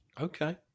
okay